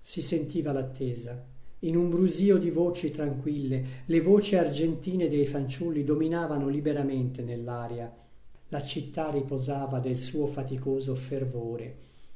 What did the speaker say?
si sentiva l'attesa in un brusìo di voci tranquille le voci argentine dei fanciulli dominavano liberamente nell'aria la città riposava del suo faticoso fervore